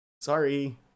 Sorry